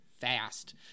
fast